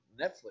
Netflix